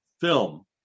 film